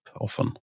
often